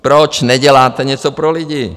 Proč neděláte něco pro lidi?